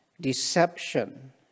deception